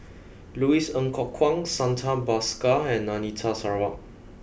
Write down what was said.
Louis Ng Kok Kwang Santha Bhaskar and Anita Sarawak